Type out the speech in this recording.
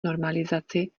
normalizaci